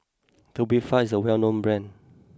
Tubifast is a well known brand